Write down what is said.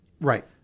Right